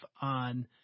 on